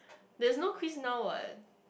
there is no quiz now what